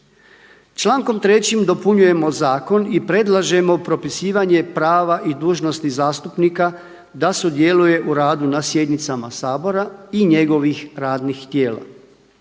Člankom 3. dopunjujemo zakon i predlažemo propisivanje prava i dužnosti zastupnika da sudjeluje u radu na sjednicama sabora i njegovih radnih tijela.